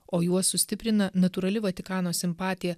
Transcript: o juos sustiprina natūrali vatikano simpatija